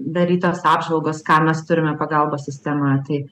darytos apžvalgos ką mes turime pagalbos sistemoje tai